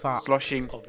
Sloshing